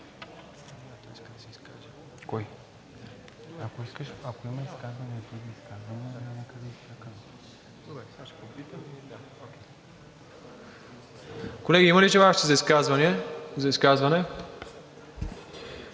Колеги, има ли желаещи за изказване?